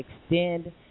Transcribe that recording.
extend